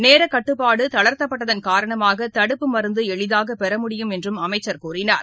நேரக்கட்டுப்பாடுதளர்த்தப்பட்டதன் காரணமாக தடுப்பு மருந்துஎளிதாகபெறமுடியும் என்றும் அமைச்சர் கூறினார்